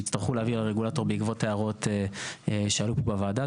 שיצטרכו להביא לרגולטור בעקבות הערות שהיו פה בוועדה.